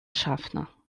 schaffner